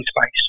space